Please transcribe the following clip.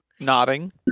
nodding